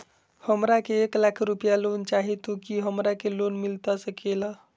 हमरा के एक लाख रुपए लोन चाही तो की हमरा के लोन मिलता सकेला?